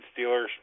Steelers